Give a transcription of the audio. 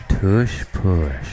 tush-push